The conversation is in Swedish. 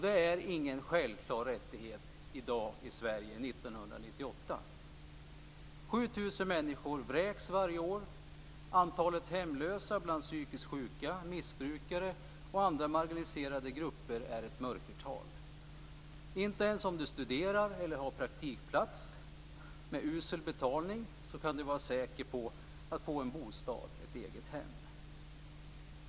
Det är ingen självklar rättighet i Sverige i dag, år 1998. 7 000 människor vräks varje år. Antalet hemlösa bland psykiskt sjuka, missbrukare och andra marginaliserade grupper representeras av ett mörkertal. Inte ens om du studerar eller har en praktikplats med usel betalning kan du vara säker på att få en bostad, ett eget hem.